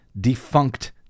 defunct